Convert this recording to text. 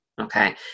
okay